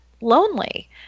lonely